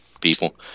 people